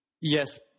Yes